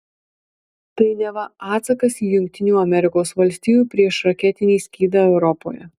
tai neva atsakas į jungtinių amerikos valstijų priešraketinį skydą europoje